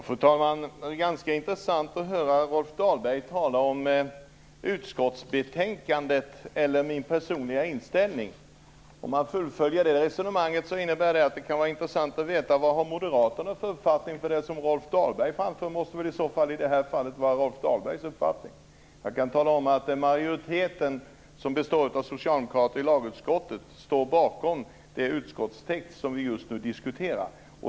Fru talman! Det är ganska intressant att höra Rolf Dahlberg tala om utskottsbetänkandet kontra min personliga inställning. Om man fullföljer det resonemanget kan det vara intressant att veta vilken uppfattning Moderaterna har. Det som Rolf Dahlberg framför måste väl i så fall vara Rolf Dahlbergs uppfattning. Jag kan tala om att majoriteten i lagutskottet, som består av socialdemokrater, står bakom den utskottstext som vi just nu diskuterar.